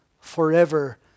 forever